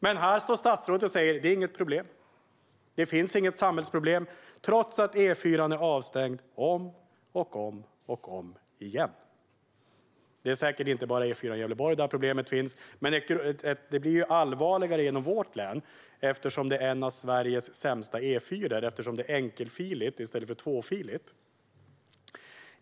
Men här står statsrådet och säger att det inte är något problem och att det inte finns något samhällsproblem, trots att E4:an är avstängd om och om igen. Detta problem finns säkert inte bara på E4:an i Gävleborg, men det blir allvarligare inom vårt län eftersom det är en av Sveriges sämsta E4-sträckor, eftersom den är enkelfilig i stället för tvåfilig.